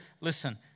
listen